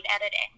editing